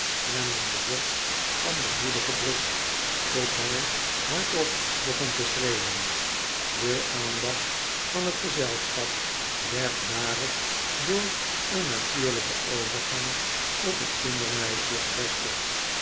en aan de borst van de moeder gedrukt tot hij hardop begon te w nikolaas maakt een aristocratischen indruk schreeuwen de aandacht van het gezelschap werd daarop door een natuurlijken over gang op het kindermeisje gevestigd